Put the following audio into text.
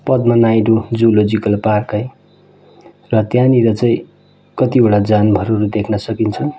Padmaja Naidu zoological park है र त्यहाँनिर चाहिँ कतिवटा जनावरहरू देख्न सकिन्छन्